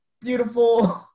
beautiful